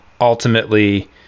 ultimately